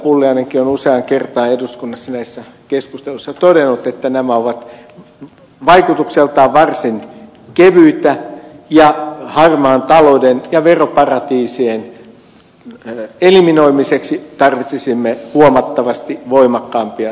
pulliainenkin on useaan kertaan eduskunnassa näissä keskusteluissa todennut että nämä ovat vaikutukseltaan varsin kevyitä ja harmaan talouden ja veroparatiisien eliminoimiseksi tarvitsisimme huomattavasti voimakkaampia toimenpiteitä